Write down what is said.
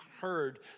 heard